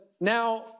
now